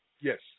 Yes